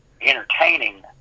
entertaining